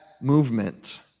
movement